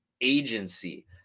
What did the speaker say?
Agency